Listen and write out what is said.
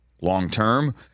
long-term